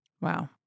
Wow